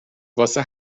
واسه